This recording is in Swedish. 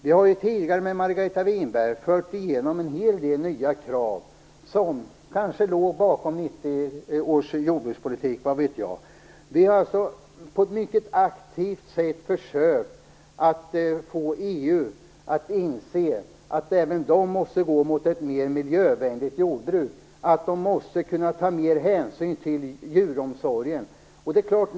Vi har tidigare med Margareta Winberg i spetsen fått igenom en hel del nya krav som kanske låg bakom 1990 års jordbruksbeslut, vad vet jag. Vi har alltså på ett mycket aktivt sätt försökt att få de övriga EU-länderna att inse att även de måste gå mot ett mer miljövänligt jordbruk, att de måste ta mer hänsyn till djuromsorgen.